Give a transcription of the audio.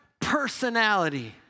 personality